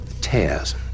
Tears